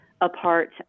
apart